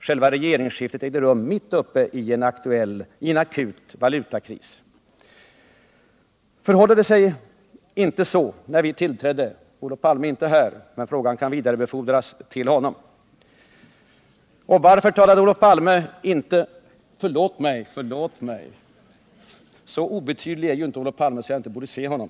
Själva regeringsskiftet ägde rum mitt uppe i en akut valutakris. Förhöll det sig inte så när vi tillträdde? Olof Palme är inte här, men frågan kan vidarebefordras till honom. Förlåt mig, jag ser nu att Olof Palme är i kammaren. Så obetydlig är han ju inte att jag inte borde se honom.